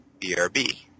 BRB